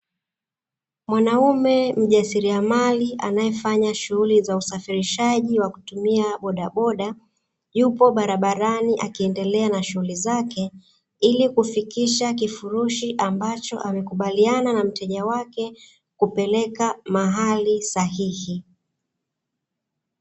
Mwanaume mjasiriamali anayefanya shughuli za usafirishaji kwa kutumia bodaboda, yupo barabarani akiendelea na shughuli zake ili kufikisha kifurushi ambacho amekubaliana na mteja wake kupeleka mahali sahihi.